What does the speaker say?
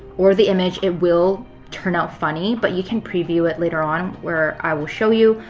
or the image, it will turn out funny. but you can preview it later on where i will show you.